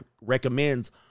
recommends